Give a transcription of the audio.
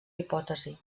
hipòtesi